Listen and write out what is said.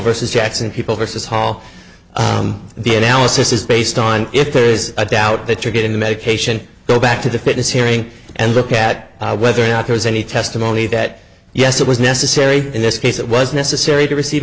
versus jackson people versus hall the analysis is based on if there is a doubt that you're getting the medication go back to the fitness hearing and look at whether or not there's any testimony that yes it was necessary in this case it was necessary to receive